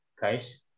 Guys